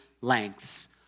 lengths